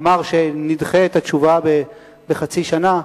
אמר שנדחה את התשובה בחצי שנה.